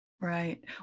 Right